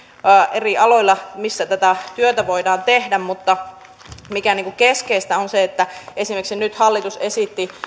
eri aloilla missä tätä työtä voidaan tehdä mutta se mikä on keskeistä on se että esimerkiksi nyt hallitus esitti